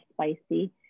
spicy